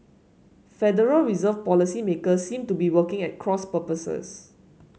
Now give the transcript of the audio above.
Federal Reserve policymakers seem to be working at cross purposes